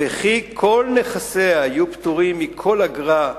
וכי כל נכסיה יהיו פטורים מכל אגרה,